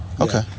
Okay